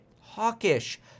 hawkish